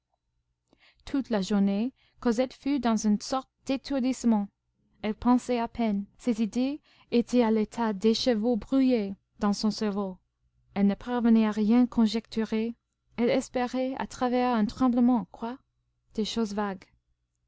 toute la journée cosette fut dans une sorte d'étourdissement elle pensait à peine ses idées étaient à l'état d'écheveau brouillé dans son cerveau elle ne parvenait à rien conjecturer elle espérait à travers un tremblement quoi des choses vagues